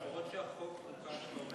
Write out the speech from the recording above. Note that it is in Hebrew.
אף שהחוק הזה אומר,